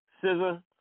Scissor